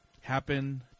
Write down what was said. happen